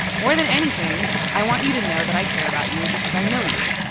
more than anything, i want you to know that i care about you because i know you.